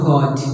God